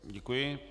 Děkuji.